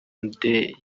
mdee